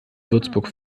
würzburg